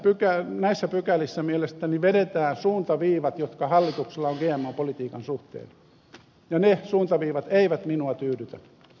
eli näissä pykälissä mielestäni vedetään suuntaviivat jotka hallituksella on gmo politiikan suhteen ja ne suuntaviivat eivät minua tyydytä